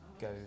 go